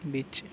beach